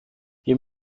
wir